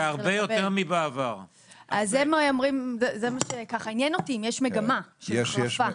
זה משהו שעניין אותי, אם יש מגמה של החרפה.